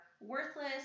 worthless